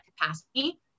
capacity